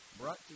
brought